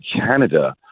Canada